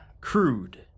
crude